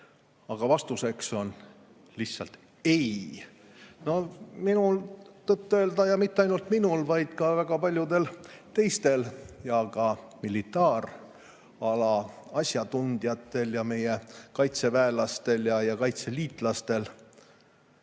Aga vastuseks on lihtsalt ei. Minul tõtt-öelda ja mitte ainult minul, vaid ka väga paljudel teistel, sealhulgas militaarala asjatundjatel, meie kaitseväelastel ja kaitseliitlastel